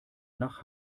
nach